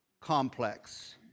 complex